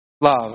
love